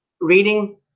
reading